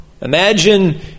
Imagine